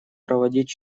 проводить